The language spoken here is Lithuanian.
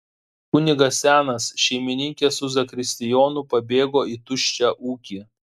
kunigas senas šeimininkė su zakristijonu pabėgo į tuščią ūkį